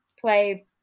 play